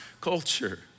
culture